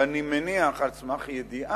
ואני מניח, על סמך ידיעה,